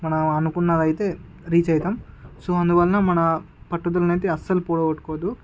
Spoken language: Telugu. మనం అనుకున్నది అయితే రీచ్ అవుతాము సో అందువలన మన పట్టుదలని అయితే అస్సలు పోగొట్టుకోవద్దు